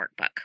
workbook